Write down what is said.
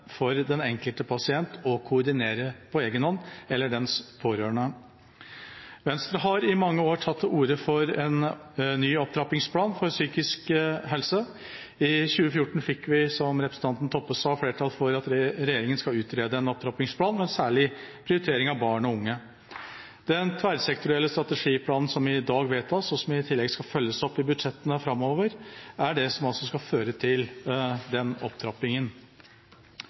for den enkelte pasient eller pårørende på egen hånd. Venstre har i mange år tatt til orde for en ny opptrappingsplan for psykisk helse. I 2014 fikk vi, som representanten Toppe sa, flertall for at regjeringa skulle utrede en opptrappingsplan, med særlig prioritering av barn og unge. Den tverrsektorielle strategiplanen som i dag vedtas, og som i tillegg skal følges opp i budsjettene framover, er altså det som skal føre til den opptrappingen.